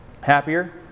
Happier